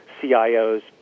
CIOs